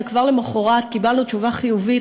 שכבר למחרת קיבלנו תשובה חיובית,